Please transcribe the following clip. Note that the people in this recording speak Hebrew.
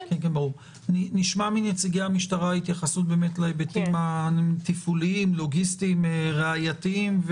נשמע מנציגי המשטרה התייחסות להיבטים התפעוליים לוגיסטיים ראייתיים,